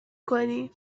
کنی